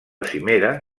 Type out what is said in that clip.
cimera